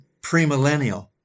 premillennial